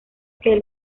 que